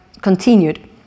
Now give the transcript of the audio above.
continued